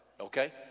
okay